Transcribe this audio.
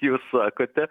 jūs sakote